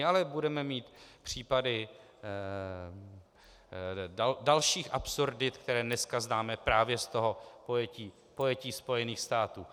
Ale budeme mít případy dalších absurdit, které dneska známe právě z toho pojetí Spojených států.